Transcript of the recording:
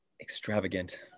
extravagant